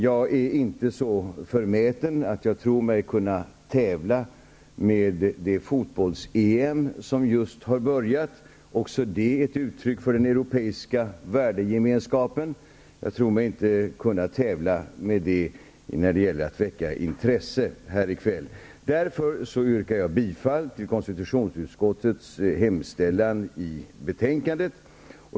Jag är inte så förmäten att jag tror mig kunna tävla med det fotbolls-EM som just har börjat -- också det ett uttryck för den europeiska värdegemenskapen -- när det gäller att väcka intresse här i kväll. Därför nöjer jag mig nu med att yrka bifall till konstitutionsutskottets hemställan i betänkandet.